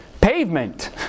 pavement